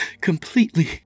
Completely